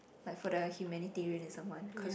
like for the humanitarianism one cause we